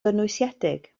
gynwysiedig